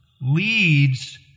leads